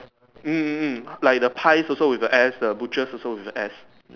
mm like the pie also with S the butcher is also with the S